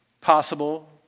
possible